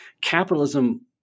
capitalism